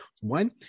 one